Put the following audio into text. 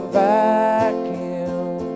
vacuum